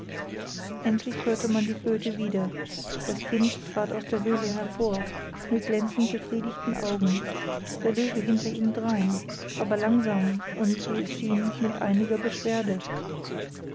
endlich hörte man die flöte wieder das kind trat aus der höhle hervor mit glänzend befriedigten augen der löwe hinter ihm drein aber langsam und wie es schien mit einiger beschwerde